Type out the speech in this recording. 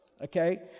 Okay